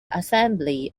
assembly